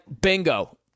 bingo